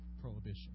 prohibition